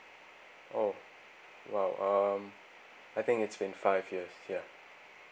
oh !wow! um I think it's been five years ya